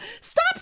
Stop